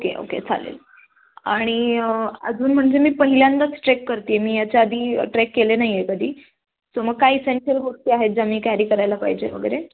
okay okay चालेल आणि अजून म्हणजे मी पहिल्यांदाच ट्रेक करते मी याच्या आधी ट्रेक केले नाई आहे कधी सो मग काय इसेन्शियल गोष्टी आहेत ज्या मी कॅरी करायला पाहिजे वगैरे